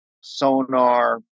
sonar